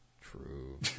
True